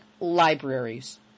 libraries